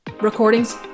recordings